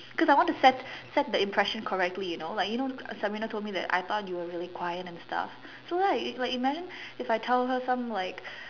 cause I want to set set the impression correctly you know like you know Sabrina told me that I thought you were really quiet and stuff so right if like imagine if I tell her some like